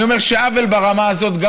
אני אומר שעוול ברמה הזאת,